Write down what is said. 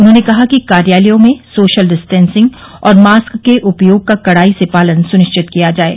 उन्होंने कहा कि कार्यालयों में सोशल डिस्टेंसिंग और मास्क के उपयोग का कड़ाई से पालन सुनिश्चित किया जाये